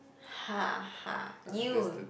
haha you